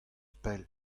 pell